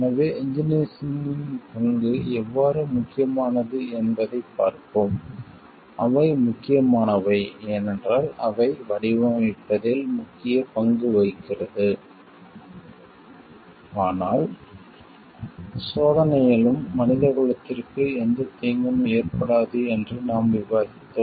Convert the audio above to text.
எனவே இன்ஜினியர்ஸ்களின் பங்கு எவ்வாறு முக்கியமானது என்பதைப் பார்ப்போம் அவை முக்கியமானவை ஏனென்றால் அவை வடிவமைப்பதில் முக்கிய பங்கு வகிக்கிறது ஆனால் சோதனையிலும் மனித குலத்திற்கு எந்த தீங்கும் ஏற்படாது என்று நாம் விவாதித்தோம்